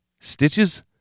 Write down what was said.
Stitches